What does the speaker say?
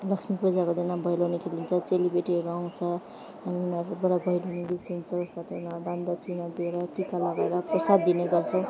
लक्ष्मी पूजाको दिन भैलेनी खेलिन्छ चेलीबेटीहरू आउँछ उनीहरूबाट भैलेनी गीत सुन्छौँ साथै दान दक्षिणा दिएर टिका लगाएर प्रसाद दिने गर्छौँ त्यसको बाद